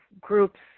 groups